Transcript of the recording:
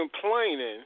complaining